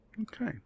Okay